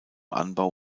anbau